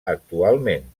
actualment